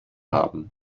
haben